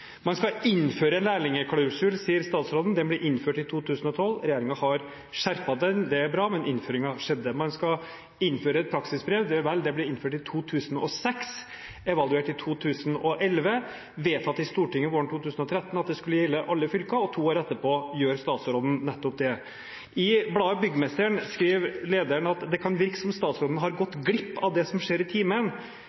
Man skal innføre lærlingklausul, sier statsråden. Den ble innført i 2012. Regjeringen har skjerpet den, det er bra, men innføringen skjedde før. Man skal innføre et praksisbrev – vel, det ble innført i 2006 og evaluert i 2011, og det ble vedtatt i Stortinget våren 2013 at dette skulle gjelde alle fylker. To år etter gjør statsråden nettopp det. I bladet Byggmesteren skriver lederen: «Det kan virke som statsråden har gått glipp av det som skjer i timen,